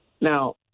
Now